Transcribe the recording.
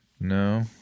No